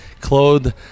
clothed